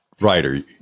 writer